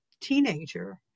teenager